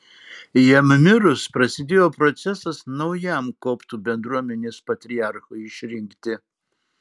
jam mirus prasidėjo procesas naujam koptų bendruomenės patriarchui išrinkti